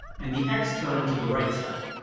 and the x term to the right side